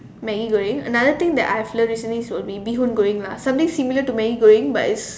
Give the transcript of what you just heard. Maggi Goreng another thing that I have love all this is will be Bee-hoon Goreng lah something similar to Maggi-Goreng but it's